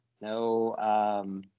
no